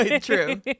True